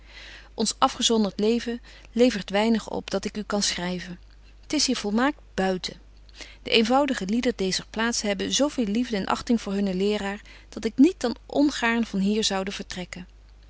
ons afgezondert leven levert weinig op dat ik u kan schryven t is hier volmaakt buiten de eenvoudige lieden deezer plaats hebben zo veel liefde en achting voor hunnen leeraar dat ik niet dan ongaarn van hier zoude vertrekken